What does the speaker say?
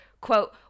quote